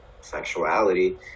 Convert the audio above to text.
sexuality